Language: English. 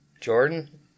Jordan